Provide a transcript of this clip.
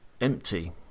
empty